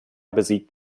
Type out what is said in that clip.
besiegt